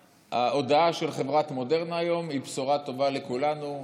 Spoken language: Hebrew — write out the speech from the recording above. שההודעה של חברת מודרנה היום היא בשורה טובה לכולנו,